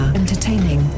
entertaining